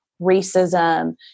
racism